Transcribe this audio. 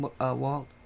Walt